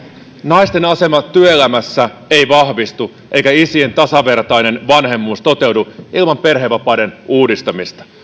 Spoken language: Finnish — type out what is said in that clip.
naisten asema työelämässä ei vahvistu eikä isien tasavertainen vanhemmuus toteudu ilman perhevapaiden uudistamista